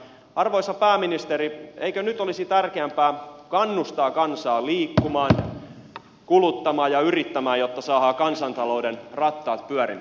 arvoisa pääministeri eikö nyt olisi tärkeämpää kannustaa kansaa liikkumaan kuluttamaan ja yrittämään jotta saadaan kansantalouden rattaat pyörimään